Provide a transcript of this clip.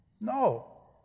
No